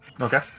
Okay